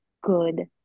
good